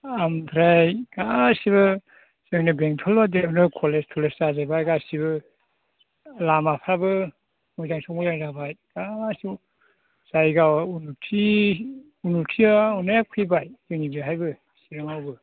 ओमफ्राय गासैबो जोंनि बेंथलआ डेभल'प कलेज थलेज जाजोबबाय गासैबो लामाफ्राबो मोजांसो मोजां जाबाय गासैबो जायगाया उन्न'ति उन्न'तिया अनेक फैबाय जोंनि बेवहायबो चिराङावबो